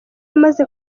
amaze